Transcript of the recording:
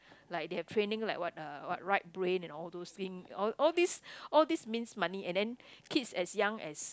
like they have training like what uh what right brain and all those thing all all these all these means money and then kids as young as